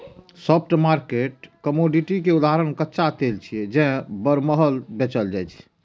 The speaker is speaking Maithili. स्पॉट मार्केट कमोडिटी के उदाहरण कच्चा तेल छियै, जे बरमहल बेचल जाइ छै